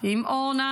עם אורנה,